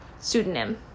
pseudonym